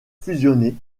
fusionné